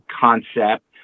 concept